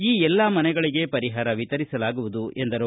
ಈ ಎಲ್ಲಾ ಮನೆಗಳಿಗೆ ಪರಿಹಾರ ವಿತರಿಸಲಾಗುವುದು ಎಂದರು